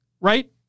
right